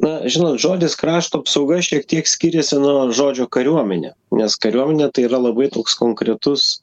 na žinot žodis krašto apsauga šiek tiek skiriasi nuo žodžio kariuomenė nes kariuomenė tai yra labai toks konkretus